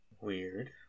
weird